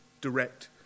direct